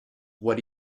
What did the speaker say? what